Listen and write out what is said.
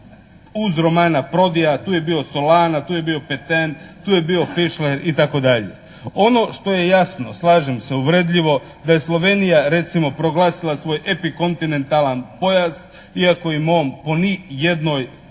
uz Romana Prodija, tu je bio Solana, tu je bio Peten, tu je bio Fischler itd. Ono što je jasno, slažem se uvredljivo, da je Slovenija recimo proglasila svoj epi kontinentalan pojas iako im on po ni jednoj logici